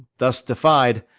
thus defied,